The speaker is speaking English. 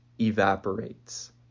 evaporates